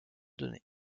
données